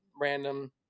random